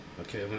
Okay